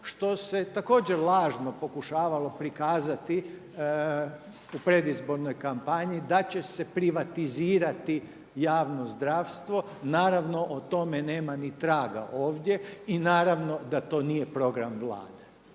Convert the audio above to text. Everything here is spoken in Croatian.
što se također lažno pokušavalo prikazati u predizbornoj kampanji, da će se privatizirati javno zdravstvo. Naravno o tome nema ni traga ovdje i naravno da to nije program Vlade.